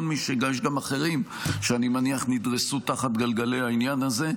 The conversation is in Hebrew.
יש גם אחרים שאני מניח נדרסו תחת גלגלי העניין הזה.